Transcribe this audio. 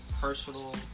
personal